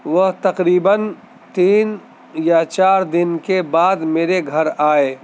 وہ تقریباً تین یا چار دن کے بعد میرے گھر آئے